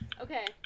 Okay